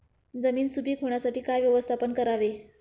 जमीन सुपीक होण्यासाठी काय व्यवस्थापन करावे?